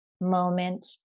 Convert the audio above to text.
moment